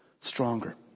stronger